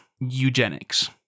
Eugenics